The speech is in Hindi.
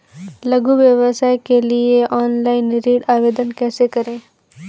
लघु व्यवसाय के लिए ऑनलाइन ऋण आवेदन कैसे करें?